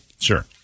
Sure